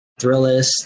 Thrillist